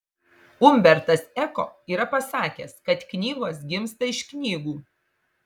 umbertas eko yra pasakęs kad knygos gimsta iš knygų